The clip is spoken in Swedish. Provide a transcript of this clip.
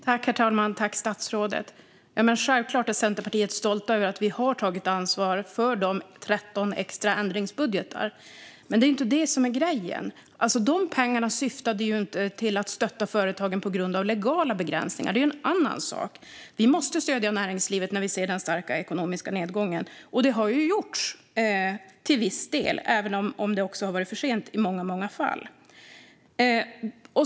Herr talman! Jag tackar statsrådet för detta. Självklart är vi i Centerpartiet stolta över att vi har tagit ansvar för de 13 extra ändringsbudgetarna. Men det är inte detta som är grejen. Dessa pengar syftade inte till att stötta företagen på grund av legala begränsningar. Det är en annan sak. Vi måste stödja näringslivet när vi ser den starka ekonomiska nedgången. Och det har gjorts till viss del, även om det i många fall har varit för sent.